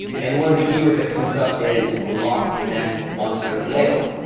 and one of the keywords that comes up is loch ness monster ladle.